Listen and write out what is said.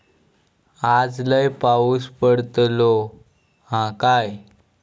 आज लय पाऊस पडतलो हा काय?